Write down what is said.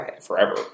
forever